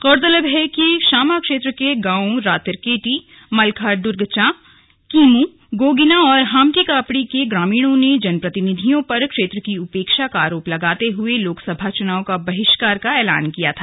गौरतलब है कि शामा क्षेत्र के गांव रातिरकेटी मल्खार्ड्र्गचा कीमू गोगिना और हाम्टीकापड़ी के ग्रामीणों ने जनप्रतिनिधियों पर क्षेत्र की उपेक्षा करने का आरोप लगाते हुए लोकसभा चुनाव का बहिष्कार करने का ऐलान किया था